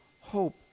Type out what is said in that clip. hope